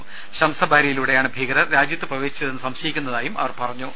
കേന്ദ്രങ്ങൾ ശംസബാരിയിലൂടെയാണ് ഭീകരർ രാജ്യത്ത് പ്രവേശിച്ചതെന്ന് സംശയിക്കുന്നതായി അവർ പറഞ്ഞു